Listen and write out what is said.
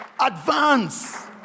advance